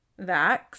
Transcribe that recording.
Vax